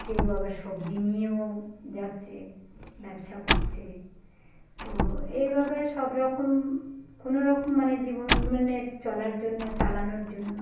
কেউ আবার সবজি নিয়েও যাচ্ছে ব্যবসা করছে তো এইভাবে সব রকম কোনো রকম মানে জীবন মানে চলার জন্য চালানোর জন্য